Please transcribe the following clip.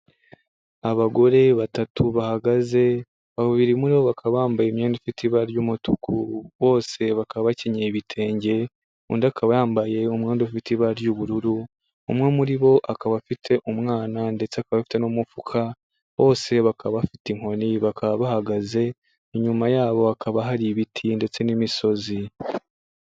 Abagore batatu bahagaze, babiri muri bo bakaba bambaye imyenda ifite ibara ry'umutuku, bose bakaba bakenyeye ibitenge, undi akaba yambaye umwenda ufite ibara ry'ubururu. Umwe muri bo akaba afite umwana ndetse akaba afite n'umufuka, bose bakaba bafite inkoni, bakaba bahagaze, inyuma yabo hakaba hari ibiti ndetse n'imisozi.